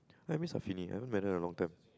I miss I haven't met her a long time